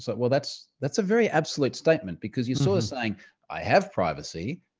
but well, that's that's a very absolute statement. because you're sort of saying i have privacy,